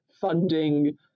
funding